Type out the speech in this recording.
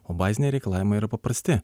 o baziniai reikalavimai yra paprasti